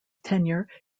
tenure